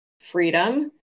freedom